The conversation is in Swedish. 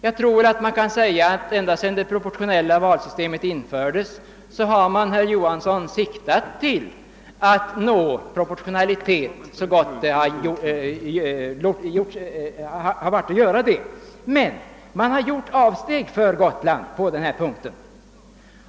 Jag tror mig kunna säga att ända sedan det proportionella valsystemet infördes har man, herr Johansson i Trollhättan, siktat till att nå proportionalitet så gott sig göra låtit, men man har gjort undantag för Gotland på denna punkt.